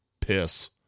piss